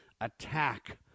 attack